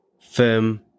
firm